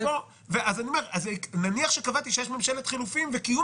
נניח שקבעתי שיש ממשלת חילופים וקיום